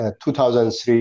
2003